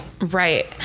Right